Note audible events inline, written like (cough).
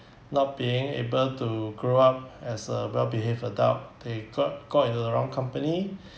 not being able to grow up as a well behaved adult they got got into the wrong company (breath)